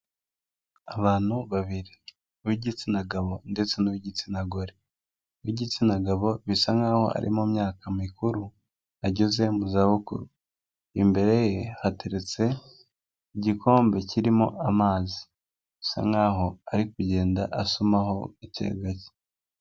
Abantu babiri uwi gitsina gabo ndetse n'uw'igitsina gore w'igitsina gabo bisa nkaho ari mu myaka mikuru ageze mu zabukuru imbere ye hateretse igikombe kirimo amazi bisa nkaho ari kugenda asomaho gake gake.